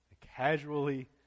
casually